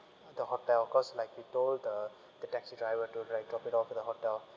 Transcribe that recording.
the hotel cause like we told the the taxi driver to like drop it off at the hotel